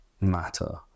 matter